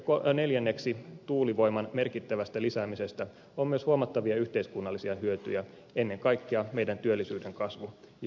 neljänneksi tuulivoiman merkittävästä lisäämisestä on myös huomattavia yhteiskunnallisia hyötyjä ennen kaikkea meidän työllisyytemme kasvu ja